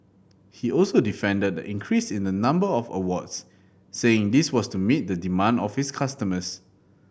he also defended the increase in the number of awards saying this was to meet the demand of his customers